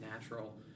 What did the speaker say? natural